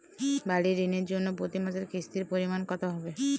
বাড়ীর ঋণের জন্য প্রতি মাসের কিস্তির পরিমাণ কত হবে?